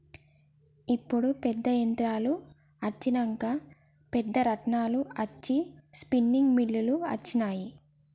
ఇప్పుడు పెద్ద యంత్రాలు అచ్చినంక పెద్ద రాట్నాలు అచ్చి స్పిన్నింగ్ మిల్లులు అచ్చినాయి